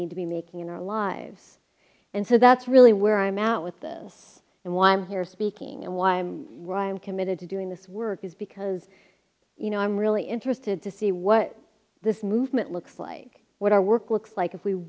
need to be making in our lives and so that's really where i'm out with this and why i'm here speaking and why i'm why i'm committed to doing this work is because you know i'm really interested to see what this movement looks like what our work looks like if we